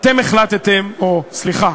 אתם החלטתם, או, סליחה,